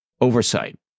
oversight